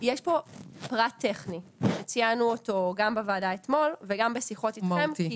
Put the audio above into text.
יש פה פרט טכני שציינו אותו גם בוועדה אתמול וגם שיחות אתכם,